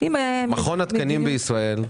מכון התקנים בישראל.